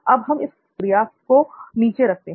अब हम इस क्रिया को नीचे रखते हैं